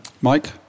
mike